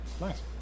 Nice